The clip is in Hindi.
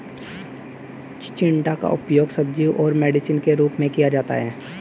चिचिण्डा का उपयोग सब्जी और मेडिसिन के रूप में किया जाता है